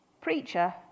Preacher